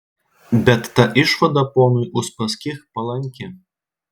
bet ta išvada ponui uspaskich palanki